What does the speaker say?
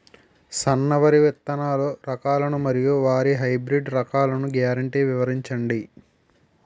సన్న వరి విత్తనాలు రకాలను మరియు వరి హైబ్రిడ్ రకాలను గ్యారంటీ వివరించండి?